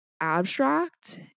abstract